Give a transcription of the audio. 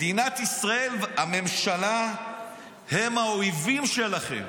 מדינת ישראל, הממשלה הם האויבים שלכם.